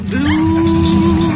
Blue